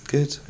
Good